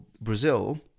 Brazil